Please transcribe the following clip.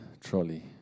trolley